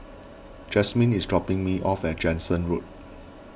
Jasmine is dropping me off at Jansen Road